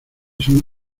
son